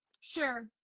sure